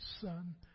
Son